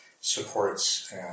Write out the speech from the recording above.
supports